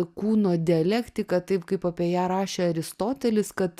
kūno dialektika taip kaip apie ją rašė aristotelis kad